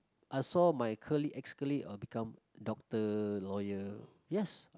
I saw my colleague ex colleague all become doctor lawyer yes